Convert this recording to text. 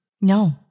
No